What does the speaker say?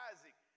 Isaac